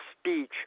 speech